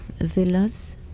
villas